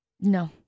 No